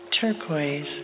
turquoise